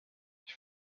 ich